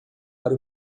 para